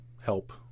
help